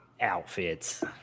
outfits